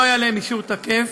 לא היה להם אישור תקף,